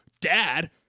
dad